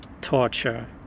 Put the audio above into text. torture